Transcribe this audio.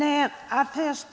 Fru talman!